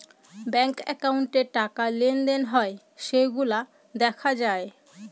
bank একাউন্টে টাকা লেনদেন হয় সেইগুলা দেখা যায়